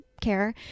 care